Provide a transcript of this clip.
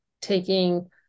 taking